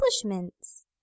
accomplishments